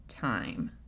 time